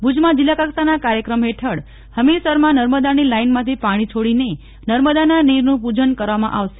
ભુજમાં જિલ્લાકક્ષાના કાર્યક્રમ હેઠળ હમીરસરમાં નર્મદાની લાઈનમાંથી પાણી છોડીને નર્મદાના નીરનું પૂજન કરવામાં આવશે